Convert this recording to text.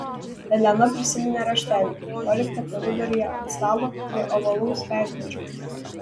elena prisiminė raštelį paliktą koridoriuje ant stalo prie ovalaus veidrodžio